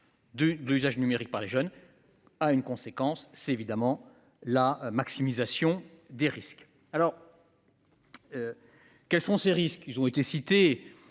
bon usage numérique par les jeunes. A une conséquence, c'est évidemment la maximisation des risques alors. Quels sont ses risques. Ils ont été cités